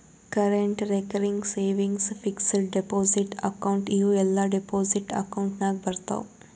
current, recurring, savings, fixed deposit account ಇವೂ ಎಲ್ಲಾ deposit account ನಾಗ್ ಬರ್ತಾವ್